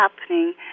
happening